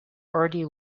already